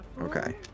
Okay